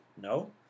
No